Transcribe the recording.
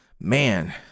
man